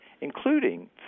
including